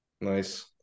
nice